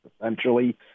essentially